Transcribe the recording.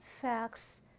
facts